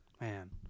Man